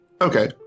Okay